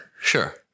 Sure